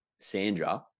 Sandra